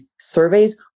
surveys